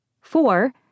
Four